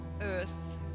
Earth